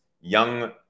young